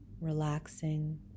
Relaxing